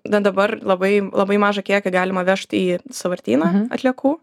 na dabar labai labai mažą kiekį galima vežt į sąvartyną atliekų